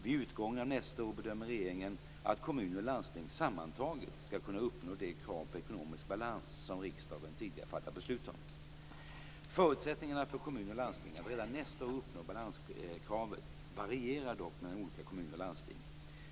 Vid utgången av nästa år bedömer regeringen att kommuner och landsting sammantaget skall kunna uppnå det krav på ekonomisk balans som riksdagen tidigare fattat beslut om. Förutsättningarna för kommuner och landsting att redan nästa år uppnå balanskravet varierar dock mellan olika kommuner och landsting.